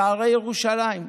שערי ירושלים,